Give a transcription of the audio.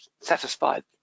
satisfied